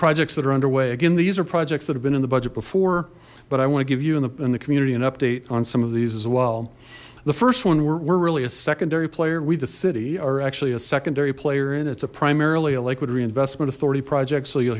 projects that are underway again these are projects that have been in the budget before but i want to give you in the community an update on some of these as well the first one we're really a secondary player we the city are actually a secondary player in it's a primarily a liquid reinvestment authority project so you'll